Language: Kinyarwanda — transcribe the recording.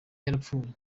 yarapfuye